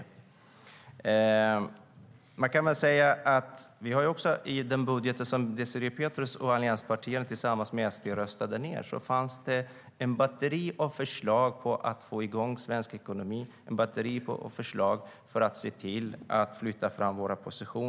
I den budget Désirée Pethrus och allianspartierna tillsammans med Sverigedemokraterna röstade ned fanns det ett batteri av förslag för att få igång svensk ekonomi, ett batteri av förslag för att flytta fram våra positioner.